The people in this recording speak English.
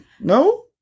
No